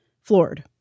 floored